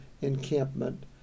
encampment